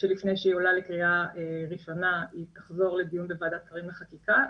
שלפני שהיא עולה לקריאה ראשונה היא תחזור לדיון לוועדת שרים לחקיקה.